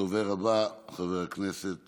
הדובר הבא, חבר הכנסת